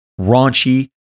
raunchy